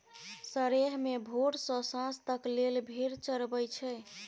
सरेह मे भोर सँ सांझ तक लेल भेड़ चरबई छै